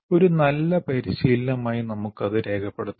ഒരു നല്ല പരിശീലനമായി നമുക്ക് അത് രേഖപ്പെടുത്താം